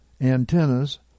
antennas